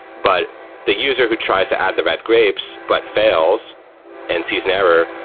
but the user who tries to add the red grapes but fails and sees never,